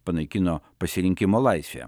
panaikino pasirinkimo laisvę